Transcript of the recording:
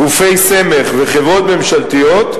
גופי סמך וחברות ממשלתיות,